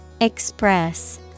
Express